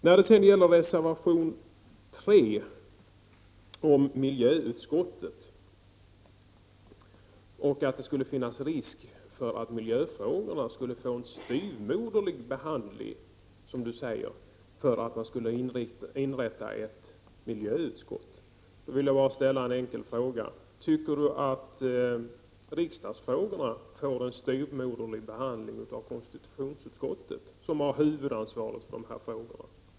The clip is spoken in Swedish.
När det sedan gäller reservation 3 om miljöutskottet och att det skulle finnas risk för att miljöfrågorna skulle få en styvmoderlig behandling, som du säger, för att man skulle inrätta ett miljöutskott, då vill jag bara ställa en enkel fråga: Tycker du att riksdagsfrågorna får en styvmoderlig behandling utav konstitutionsutskottet, som har huvudansvaret för de här frågorna?